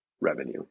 revenue